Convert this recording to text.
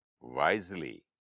wisely